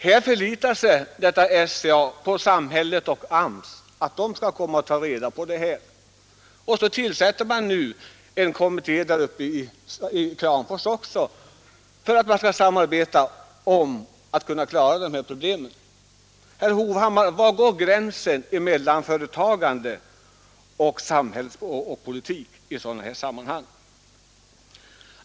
Här förlitar sig SCA på att samhället och AMS tar hand om detta problem, och så tillsätter man nu en kommitté där uppe i Kramfors också för att delta i samarbetet med att klara dessa problem. Herr Hovhammar, var går gränsen mellan företagande och politik i sådana här sammanhang?